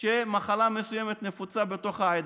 שמחלה מסוימת נפוצה בתוכה.